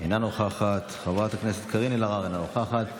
אינה נוכחת, חברת הכנסת קארין אלהרר, אינה נוכחת,